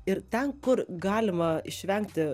ir ten kur galima išvengti